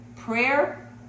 prayer